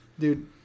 Dude